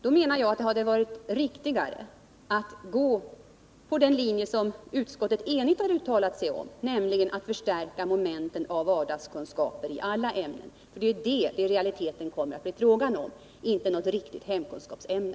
Då menar jag att det hade varit riktigare att följa den linje som utskottet enhälligt har uttalat sig för, nämligen att i alla ämnen förstärka momenten avseende vardagskunskaper. Det är detta som det i realiteten kommer att bli fråga om, inte om något riktigt hemkunskapsämne.